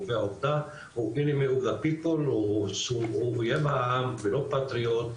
קובע עובדה הוא אויב העם ולא פטריוט,